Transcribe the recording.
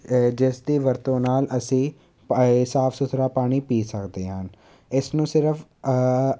ਜਿਸ ਦੀ ਵਰਤੋਂ ਨਾਲ ਅਸੀਂ ਪਾ ਸਾਫ ਸੁਥਰਾ ਪਾਣੀ ਪੀ ਸਕਦੇ ਹਾਂ ਇਸ ਨੂੰ ਸਿਰਫ